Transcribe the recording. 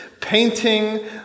painting